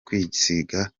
kwisiga